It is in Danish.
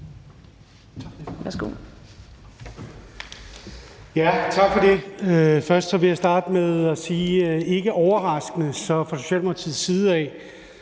Tak for det. Først vil jeg starte med at sige, at vi fra Socialdemokratiets side